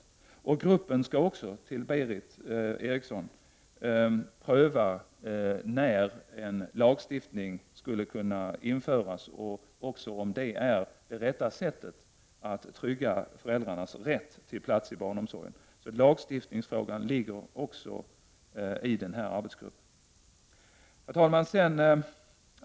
Till Berith Eriksson vill jag säga att arbetsgruppen också skall pröva när en lagstiftning skulle kunna införas och även om det är det rätta sättet att trygga föräldrarnas rätt till barnomsorgsplats för sina barn. Lagstiftningsfrågan är alltså också något som arbetsgruppen skall ta ställning till. Herr talman!